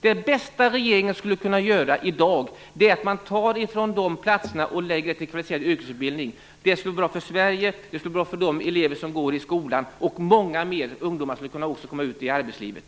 Det bästa regeringen skulle kunna göra i dag är att ta från de platserna och lägga till den kvalificerade yrkesutbildningen. Det skulle vara bra för Sverige och för de elever som går i skolan. Många fler ungdomar skulle också kunna komma ut i yrkeslivet.